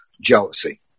jealousy